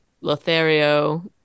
lothario